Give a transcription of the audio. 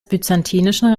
byzantinischen